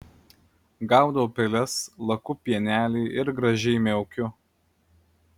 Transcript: gaudau peles laku pienelį ir gražiai miaukiu